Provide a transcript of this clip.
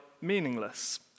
meaningless